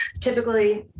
typically